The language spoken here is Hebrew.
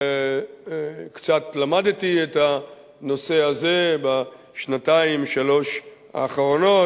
קצת למדתי את הנושא הזה בשנתיים-שלוש האחרונות,